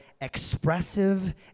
expressive